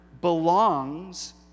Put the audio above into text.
belongs